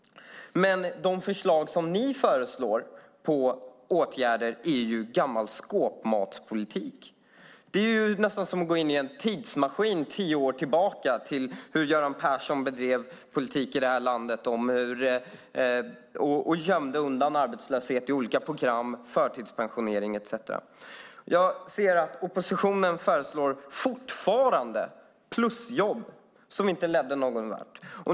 De förslag som ni föreslår som åtgärder är gammal skåpmatspolitik. Det är nästan som att gå in i en tidsmaskin och åka tio år tillbaka till hur Göran Persson bedrev politik i det här landet och gömde undan arbetslöshet i olika program, förtidspensionering etcetera. Jag ser att oppositionen fortfarande föreslår plusjobb, som inte ledde någonvart.